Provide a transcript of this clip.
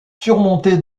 surmontée